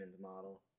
model